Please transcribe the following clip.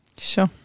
sure